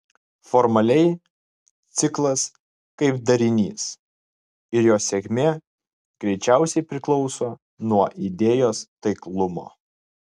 formaliai ciklas kaip darinys ir jo sėkmė greičiausiai priklauso nuo idėjos taiklumo